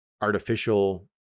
artificial